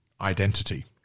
identity